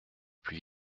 plus